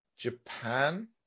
japan